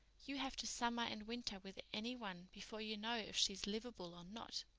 you have to summer and winter with any one before you know if she's livable or not.